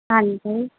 ਹਾਂਜੀ